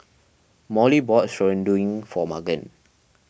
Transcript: Molly bought for Magan